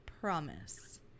promise